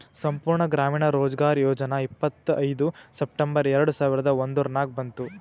ಸಂಪೂರ್ಣ ಗ್ರಾಮೀಣ ರೋಜ್ಗಾರ್ ಯೋಜನಾ ಇಪ್ಪತ್ಐಯ್ದ ಸೆಪ್ಟೆಂಬರ್ ಎರೆಡ ಸಾವಿರದ ಒಂದುರ್ನಾಗ ಬಂತು